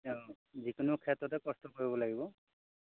অ যিকোনো ক্ষেত্ৰতে কষ্ট কৰিব লাগিব